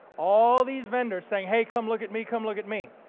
all these vendors saying, hey come look at me, come look at me.